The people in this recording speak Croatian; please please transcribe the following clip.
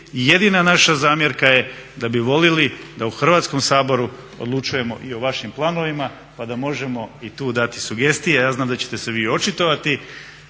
jedina naša zamjerka je da bi voljeli da u Hrvatskom saboru odlučujemo i o vašim planovima pa da možemo i tu dati sugestije, ja znam da ćete se vi očitovati,